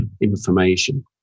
information